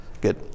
Good